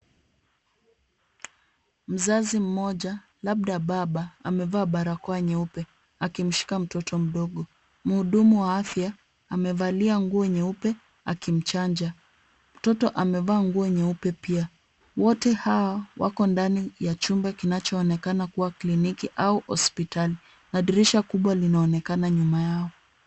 Mzazi mmoja labda baba amevaa barakoa nyeupe akimshika mtoto mdogo, mhudumu wa afya amevalia nguo nyeupe akimchanja, mtoto amevaa nguo nyeupe pia, wote hawa wako ndani ya chumba kinachoonekana kuwa kliniki au hospitali na ndirisha kubwa linaonekana nyuma yao.